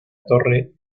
torre